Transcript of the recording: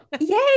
Yay